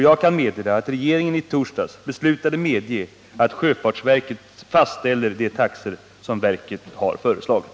Jag kan meddela att regeringen i torsdags beslutade medge att sjöfartsverket fastställer de taxor som verket har föreslagit.